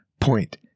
point